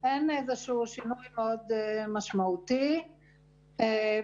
אין איזשהו שינוי מאוד משמעותי בנגיף.